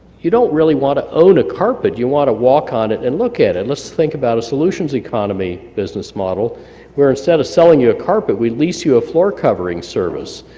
you don't really want to own a carpet you want to walk on it and look at it. let's think about a solutions economy business model where instead of selling you a carpet we lease you a floor covering service,